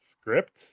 script